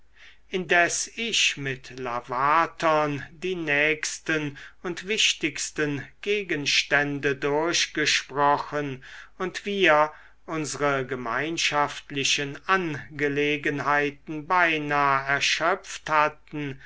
indes ich mit lavatern die nächsten und wichtigsten gegenstände durchgesprochen und wir unsre gemeinschaftlichen angelegenheiten beinah erschöpft hatten